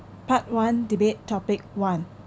part one debate topic one